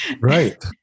Right